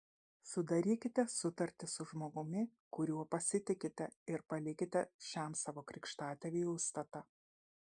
sudarykite sutartį su žmogumi kuriuo pasitikite ir palikite šiam savo krikštatėviui užstatą